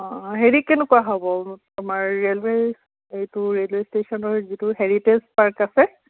অঁ হেৰি কেনেকুৱা হ'ব তোমাৰ ৰেইলৱে' এইটো ৰেইলৱে' ষ্টেশ্যনৰ যিটো হেৰিটেজ পাৰ্ক আছে